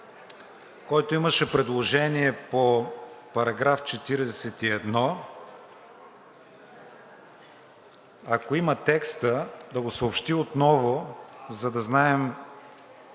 който имаше предложение по § 41, ако има текста, да го съобщи отново, за да знаем